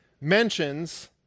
mentions